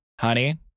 Honey